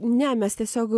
ne mes tiesiog